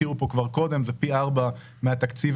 הזכירו פה כבר קודם שזה פי ארבעה מהתקציב